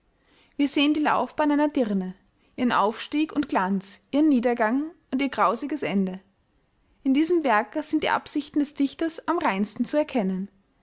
wir sehen die laufbahn einer dirne ihren aufstieg und glanz ihren niedergang und ihr grausiges ende in diesem werke sind die absichten des dichters am reinsten zu erkennen